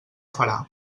farà